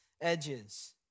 edges